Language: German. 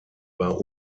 war